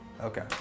Okay